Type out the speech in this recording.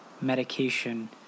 medication